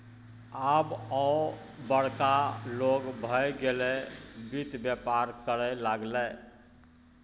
आब ओ बड़का लोग भए गेलै वित्त बेपार करय लागलै